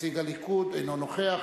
נציג הליכוד, אינו נוכח.